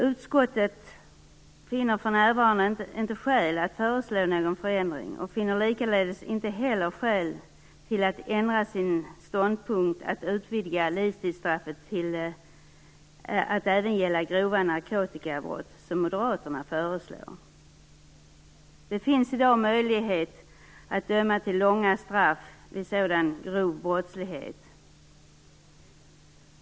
Utskottet finner för närvarande inte skäl att föreslå någon förändring och finner likaledes inte heller skäl att ändra sin ståndpunkt, att utvidga livstidsstraffet till att även gälla grova narkotikabrott, som moderaterna föreslår. Det finns i dag möjlighet att döma till långa straff vid sådan grov brottslighet.